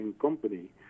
company